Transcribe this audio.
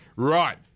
Right